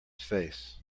face